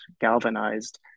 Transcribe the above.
galvanized